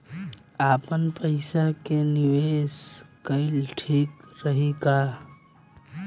आपनपईसा के निवेस कईल ठीक रही का?